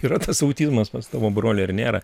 yra tas autizmas pas tavo brolį ar nėra